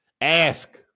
ask